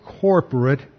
corporate